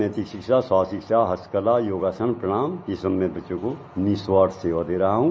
नैतिक शिक्षा स्वास्थ्य शिक्षा हस्तकला योगासन प्रणायाम यह सब मैं बच्चों को निःस्वार्थ सेवा दे रहा हूं